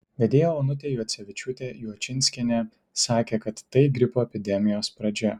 vedėja onutė juocevičiūtė juočinskienė sakė kad tai gripo epidemijos pradžia